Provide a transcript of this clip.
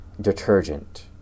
detergent